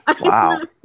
Wow